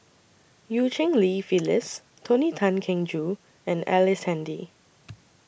EU Cheng Li Phyllis Tony Tan Keng Joo and Ellice Handy